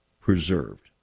preserved